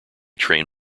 train